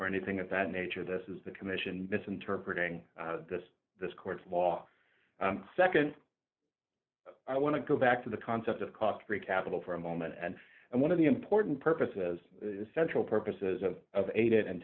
or anything of that nature this is the commission misinterpreting this this court's law nd i want to go back to the concept of cost three capital for a moment and and one of the important purposes central purposes of of ated and